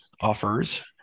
offers